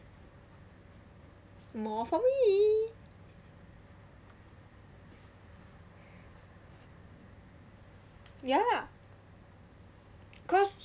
more for me ya lah because